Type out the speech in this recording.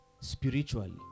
spiritually